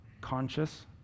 conscious